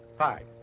five,